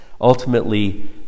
Ultimately